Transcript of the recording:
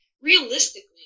realistically